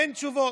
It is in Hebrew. אין תשובות.